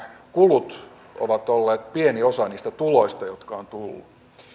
kulut ovat olleet pieni osa niistä tuloista jotka ovat tulleet